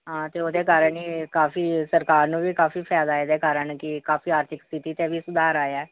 ਹਾਂ ਅਤੇ ਉਹਦੇ ਕਾਰਨ ਹੀ ਕਾਫੀ ਸਰਕਾਰ ਨੂੰ ਵੀ ਕਾਫੀ ਫਾਇਦਾ ਇਹਦੇ ਕਾਰਨ ਕਿ ਕਾਫੀ ਆਰਥਿਕ ਸਥਿਤੀ 'ਤੇ ਵੀ ਸੁਧਾਰ ਆਇਆ